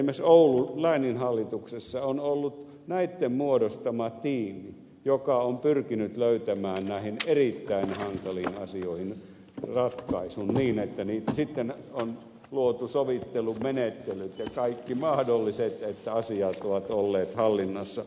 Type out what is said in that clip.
esimerkiksi oulun lääninhallituksessa on ollut näitten muodostama tiimi joka on pyrkinyt löytämään näihin erittäin hankaliin asioihin ratkaisun niin että sitten on luotu sovittelumenettelyt ja kaikki mahdolliset että asiat ovat olleet hallinnassa